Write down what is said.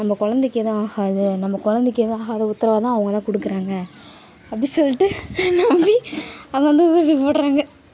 நம்ப குழந்தைக்கு ஏதும் ஆகாது நம்ப குழந்தைக்கு ஏதும் ஆகாது உத்திரவாதம் அவங்கள்தான் கொடுக்குறாங்க அப்படி சொல்லிவிட்டு நா போய் அவங்க வந்து ஊசி போடுறாங்க